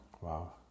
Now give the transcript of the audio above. Wow